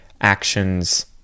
actions